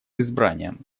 избранием